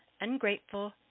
ungrateful